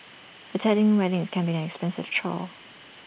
attending weddings can be an expensive chore